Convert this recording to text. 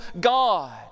God